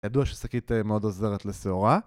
ידוע ששקית מאוד עוזרת לשעורה